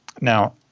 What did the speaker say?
Now